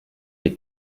est